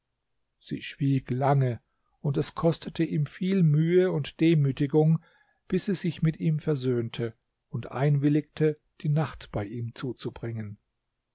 sie schwieg lange und es kostete ihm viele mühe und demütigung bis sie sich mit ihm versöhnte und einwilligte die nacht bei ihm zuzubringen